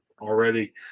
already